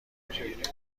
میگیرید